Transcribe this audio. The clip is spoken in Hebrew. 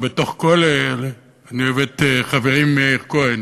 ובתוך כל אלה אני אוהב את חברי מאיר כהן,